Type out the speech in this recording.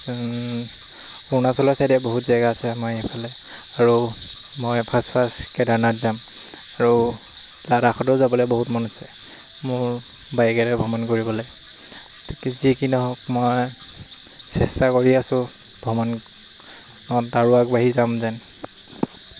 অৰুণাচলৰ ছাইডে বহুত জেগা আছে আমাৰ এইফালে আৰু মই ফাৰ্ষ্ট ফাৰ্ষ্ট কেদাৰনাথ যাম আৰু লডাখতো যাবলৈ বহুত মন আছে মোৰ বাইকেৰে ভ্ৰমণ কৰিবলৈ যি কি নহওক মই চেষ্টা কৰি আছোঁ ভ্ৰমণত আৰু আগবাঢ়ি যাম যেন